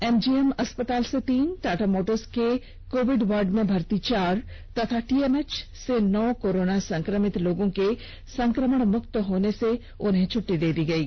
MGM अस्पताल से तीन टाटा मोटर्स के कोविड वार्ड में भर्ती चार तथा टीएमएच से नौ कोरोना संक्रमित लोगों के संक्रमण मुक्त होने पर उन्हें छुट्टी दी गयी